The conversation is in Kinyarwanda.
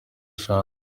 eshanu